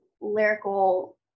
lyrical